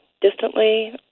Distantly